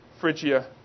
Phrygia